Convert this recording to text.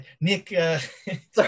Nick